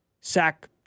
sack